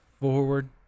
forward